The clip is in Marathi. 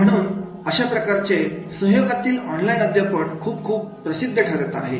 आणि म्हणून अशा प्रकारचे सहयोग आतील ऑनलाईन अध्यापन खूप खूप प्रसिद्ध ठरत आहे